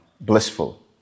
blissful